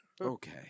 Okay